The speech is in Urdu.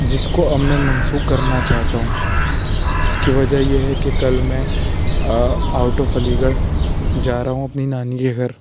جس کو اب میں منسوخ کرنا چاہتا ہوں اس کی وجہ یہ ہے كہ كل میں آؤٹ آف علی گڑھ جا رہا ہوں اپنی نانی کے گھر